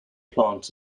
plants